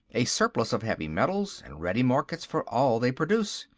a surplus of heavy metals and ready markets for all they produce.